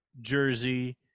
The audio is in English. Jersey